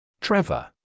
Trevor